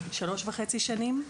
3.5 שנים.